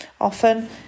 Often